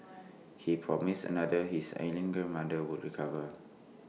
he promised another his ailing grandmother would recover